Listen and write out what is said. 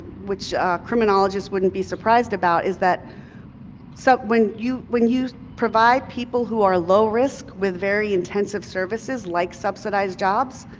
which criminologists wouldn't be surprised about, is that so when you when you provide people who are low risk with very intensive services, like subsidized jobs,